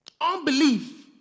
Unbelief